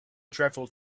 dreadful